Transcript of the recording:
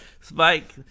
Spike